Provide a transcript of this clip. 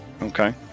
Okay